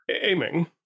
aiming